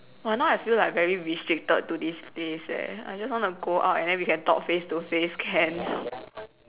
!wah! now I feel like very restricted to this place leh I just want to go out and then we can talk face to face can